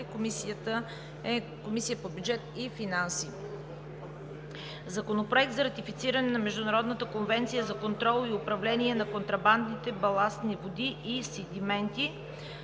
Комисията по бюджет и финанси. Законопроект за ратифициране на Международната конвенция за контрол и управление на корабните баластни води и седименти.